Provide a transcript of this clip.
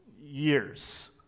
years